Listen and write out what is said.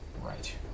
Right